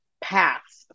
paths